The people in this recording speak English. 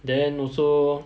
then also